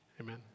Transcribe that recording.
Amen